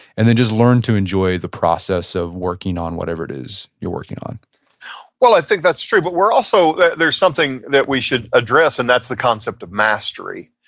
and then just learn to enjoy the process of working on whatever it is you're working on well, i think that's true, but we're also, there's something we should address, and that's the concept of mastery.